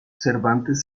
cervantes